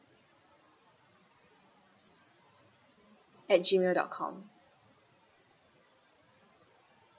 at Gmail dot com